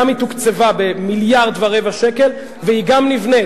היא גם תוקצבה ב-1.25 מיליארד והיא גם נבנית,